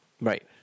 Right